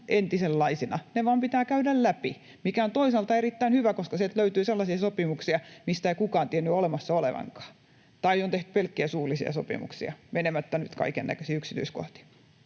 entisenlaisina. Ne vain pitää käydä läpi, mikä on toisaalta erittäin hyvä, koska sieltä löytyy sellaisia sopimuksia, minkä kukaan ei tiennyt olemassa olevankaan, tai on tehty pelkkiä suullisia sopimuksia menemättä nyt kaikennäköisiin yksityiskohtiin.